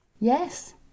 Yes